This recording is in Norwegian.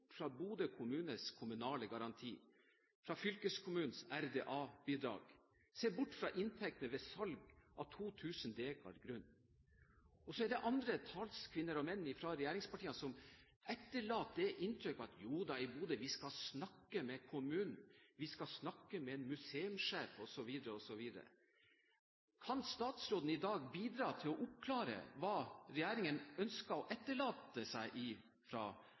fra Bodø kommunes kommunale garanti, fra fylkeskommunens RDA-bidrag, og fra inntektene ved salg av 2 000 dekar grunn. Så er det andre talskvinner og -menn fra regjeringspartiene som etterlater inntrykk av at man skal snakke med kommunen i Bodø, man skal snakke med en museumssjef, osv. Kan statsråden i dag bidra til å oppklare hva regjeringen ønsker å etterlate seg ved sin utgang fra